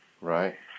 Right